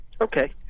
Okay